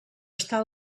estar